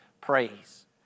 praise